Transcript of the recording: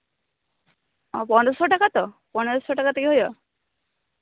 ᱯᱚᱱᱨᱚᱥᱚ ᱴᱟᱠᱟ ᱛᱚ ᱯᱚᱱᱨᱚ ᱥᱚ ᱴᱟᱠᱟ ᱛᱮᱜᱮ ᱦᱩᱭᱩᱜᱼᱟ